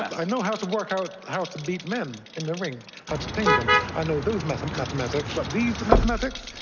i know how to work out how to beat men in the ring how to tame them i know those mathematics, but these mathematics.